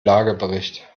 lagebericht